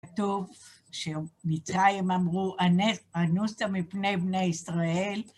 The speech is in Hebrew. כתוב שמצרים אמרו הנס הנוסה מפני בני ישראל.